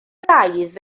braidd